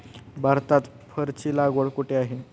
भारतात फरची लागवड कुठे आहे?